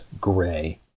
gray